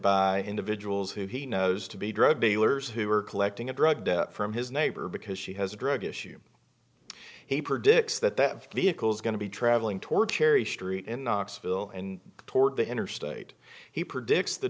by individuals who he knows to be drug dealers who are collecting a drug debt from his neighbor because she has a drug issue he predicts that that vehicles going to be traveling toward cherry street in knoxville and toward the interstate he predicts the